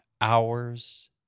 hours